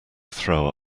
throw